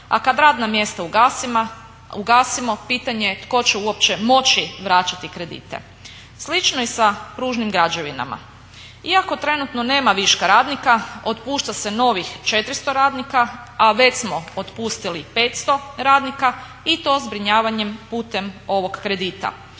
a kad radna mjesta ugasimo pitanje je tko će uopće moći vraćati kredite. Slično je sa Pružnim građevinama. Iako trenutno nema viška radnika otpušta se novih 400 radnika, a već smo otpustili 500 radnika i to zbrinjavanjem putem ovog kredita.